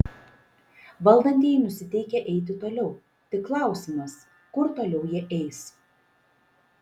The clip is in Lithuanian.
valdantieji nusiteikę eiti toliau tik klausimas kur toliau jie eis